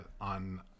on